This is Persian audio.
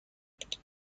الکتریکی